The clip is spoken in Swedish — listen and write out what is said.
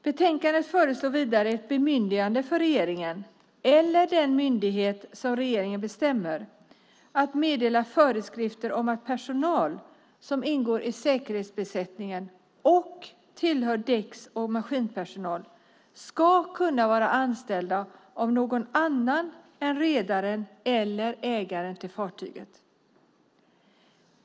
Betänkandet föreslår vidare ett bemyndigande för regeringen eller den myndighet som regeringen bestämmer att meddela föreskrifter om att personal som ingår i säkerhetsbesättningen och tillhör däcks eller maskinpersonal ska kunna vara anställda av någon annan än redaren eller ägaren till fartyget.